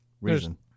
reason